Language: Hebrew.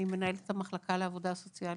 אני מנהלת את המחלקה לעבודה סוציאלית.